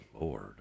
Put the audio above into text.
Lord